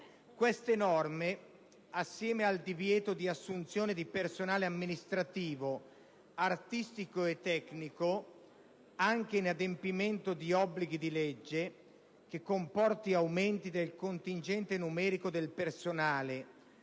Queste norme, assieme al divieto di assunzione di personale amministrativo, artistico e tecnico, anche in adempimento di obblighi di legge, comportante aumenti del contingente numerico del personale,